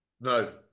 no